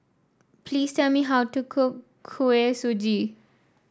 please tell me how to cook Kuih Suji